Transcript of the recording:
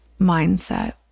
mindset